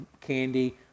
candy